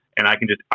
and i can just,